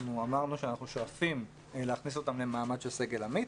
אמרנו שאנחנו שואפים להכניס אותם למעמד של סגל עמית.